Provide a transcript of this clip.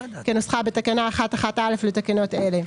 כנוסחה בתקנה 1(1)(א) לתקנות אלה,